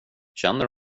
känner